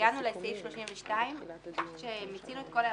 הגענו לסעיף 32. מיצינו את כל ההערות.